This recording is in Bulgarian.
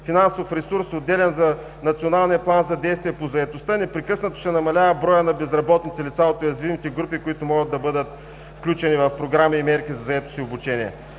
финансов ресурс, отделян за Националния план за действие по заетостта, непрекъснато ще намалява броят на безработните лица от уязвимите групи, които могат да бъдат включени в програми и мерки за заетост и обучение.